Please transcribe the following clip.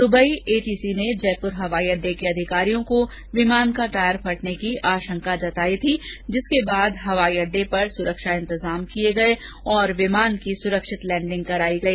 Dubai ATC ने जयपुर हवाई अड्डे के अधिकारियों को विमान का टायर फटने की आशंका जताई थी जिसके बाद हवाई अड्डे पर सुरक्षा इंतजाम किये गये और विमान की सुरक्षित लैंडिंग कराई गई